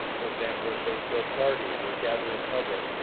for example, if they throw parties or gather in public.